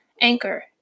Anchor